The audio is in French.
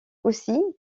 aussi